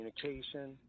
communication